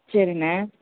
சரிண்ணே